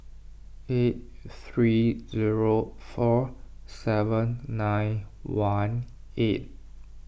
eight three zero four seven nine one eight